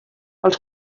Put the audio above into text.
els